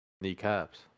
kneecaps